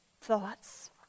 thoughts